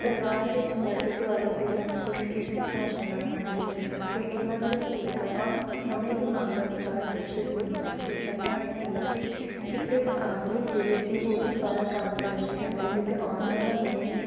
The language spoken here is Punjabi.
ਪਰਿਵਾਰ ਵਿੱਚ ਮਰਦ ਅਤੇ ਔਰਤ ਦੇ ਕੰਮ ਕੁਛ ਇਸ ਹਿਸਾਬ ਦੇ ਨਾਲ ਵੰਡੇ ਹੋਏ ਹਨ ਅਤੇ ਇਹਨਾਂ ਦੀਆਂ ਭੂਮਿਕਾਵਾਂ ਸਮੇਂ ਦੀ ਮੰਗ ਅਨੁਸਾਰ ਵਿਕਸਿਤ ਵੀ ਹੋਈਆਂ ਕਿ ਪਹਿਲਾਂ ਕੀ ਹੁੰਦਾ ਸੀ ਕਿ ਸਿਰਫ਼ ਆਦਮੀ ਜਿਹੜੇ ਸੀ ਉਹ ਹੀ ਬਾਹਰ ਕੰਮ ਕਰਨ ਲਈ ਜਾਂਦੇ ਸੀ ਅਤੇ ਔਰਤਾਂ ਦਾ ਮੇਨ